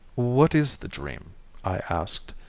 what is the dream i asked,